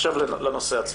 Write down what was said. עכשיו לנושא עצמו.